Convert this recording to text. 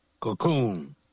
cocoon